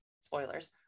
spoilers